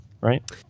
right